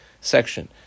section